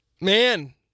Man